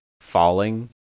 falling